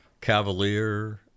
Cavalier